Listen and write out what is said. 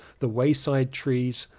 the wayside trees,